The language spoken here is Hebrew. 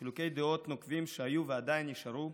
חילוקי דעות נוקבים שהיו ועדיין נשארו,